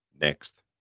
next